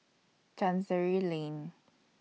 Chancery Lane